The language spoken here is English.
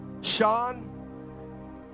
Sean